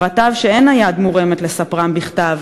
/ פרטיו שאין היד מורמת לספרם בכתב,